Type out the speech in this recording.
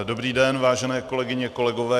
Dobrý den, vážené kolegyně a kolegové.